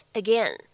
again